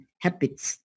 habits